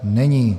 Není.